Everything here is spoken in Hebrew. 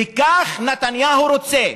וכך נתניהו רוצה,